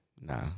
Nah